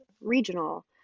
regional